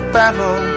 battle